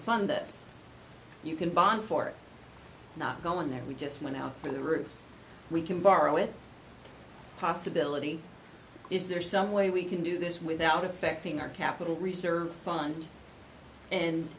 fund this you can bond for not going there we just went out on the roofs we can borrow it possibility is there some way we can do this without affecting our capital reserve fund and